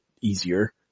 easier